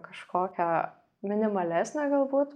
kažkokią minimalesnę galbūt